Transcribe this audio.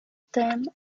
theme